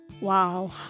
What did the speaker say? Wow